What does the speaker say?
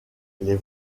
les